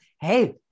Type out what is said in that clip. Hey